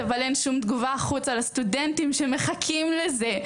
אבל אין שום תגובה החוצה לסטודנטים שמחכים לזה.